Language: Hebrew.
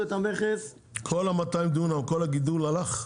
כל ה-200 דונם, כל הגידול, הלך?